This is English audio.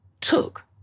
took